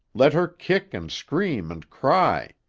let her kick and scream and cry.